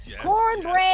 cornbread